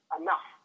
enough